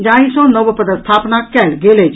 जाहि सँ नव पदस्थापना कयल गेल अछि